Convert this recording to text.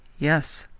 yes!